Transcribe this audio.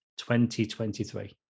2023